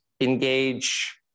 engage